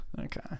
okay